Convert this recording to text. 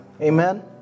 Amen